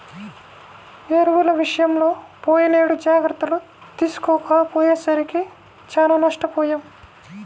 ఎరువుల విషయంలో పోయినేడు జాగర్తలు తీసుకోకపోయేసరికి చానా నష్టపొయ్యాం